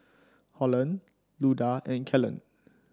Holland Luda and Kellen